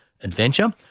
adventure